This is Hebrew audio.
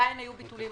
עדין היו ביטולים,